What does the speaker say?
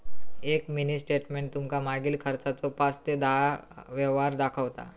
एक mini statement तुमका मागील खर्चाचो पाच ते दहा व्यवहार दाखवता